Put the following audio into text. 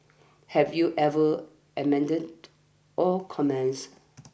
have you ever amendments or comments